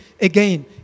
again